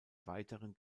weiteren